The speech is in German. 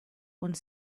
und